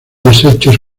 desechos